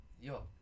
yo